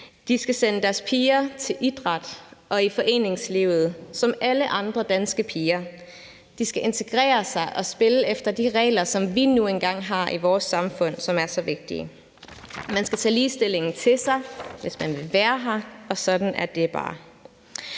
De skal sende deres piger til idræt og til foreningslivet som alle andre danske piger. De skal integrere sig og spille efter de regler, som vi nu engang har i vores samfund, og som er så vigtige. Man skal tage ligestillingen til sig, hvis man vil være her, og sådan er det bare.